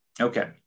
Okay